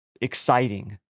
exciting